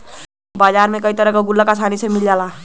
बाजार में कई तरे के गुल्लक आसानी से मिल जाला